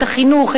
את החינוך,